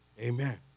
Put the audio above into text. Amen